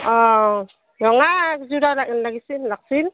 অঁ ৰঙা এক যোৰা লাগিছিল লাগিছিল